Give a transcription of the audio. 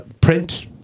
print